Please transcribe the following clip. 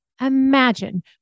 Imagine